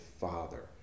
father